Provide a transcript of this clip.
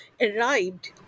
arrived